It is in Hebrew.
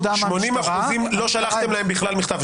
80% לא שלחתם להם בכלל מכתב,